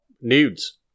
nudes